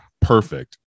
perfect